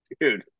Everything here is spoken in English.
Dude